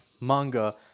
manga